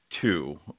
two